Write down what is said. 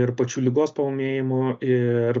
ir pačių ligos paūmėjimų ir